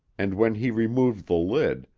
and when he removed the lid,